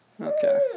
Okay